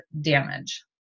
damage